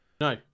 No